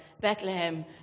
Bethlehem